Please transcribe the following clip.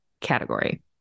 category